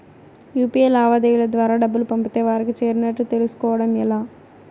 UPI లావాదేవీల ద్వారా డబ్బులు పంపితే వారికి చేరినట్టు తెలుస్కోవడం ఎలా?